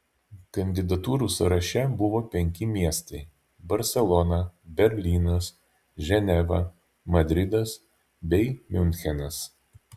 kandidatūrų sąraše buvo penki miestai barselona berlynas ženeva madridas bei miunchenas